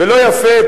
ולא יפה,